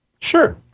sure